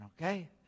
okay